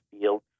field